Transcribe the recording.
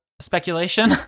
speculation